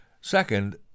Second